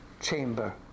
chamber